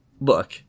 Look